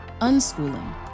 unschooling